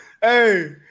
Hey